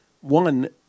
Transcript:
One